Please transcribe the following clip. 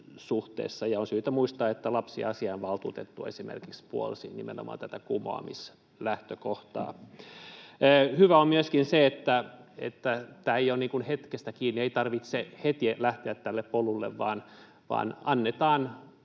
suhteessa, ja on syytä muistaa, että esimerkiksi lapsiasiainvaltuutettu puolsi nimenomaan tätä kumoamislähtökohtaa. Hyvää on myöskin se, että tämä ei ole hetkestä kiinni, ei tarvitse heti lähteä tälle polulle, vaan annetaan